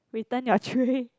return your tray